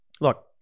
Look